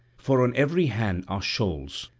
for on every hand are shoals,